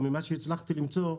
או ממה שהצלחתי למצוא,